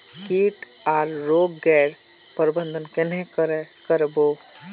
किट आर रोग गैर प्रबंधन कन्हे करे कर बो?